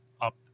up